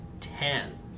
Ten